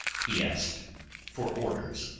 he asked for orders.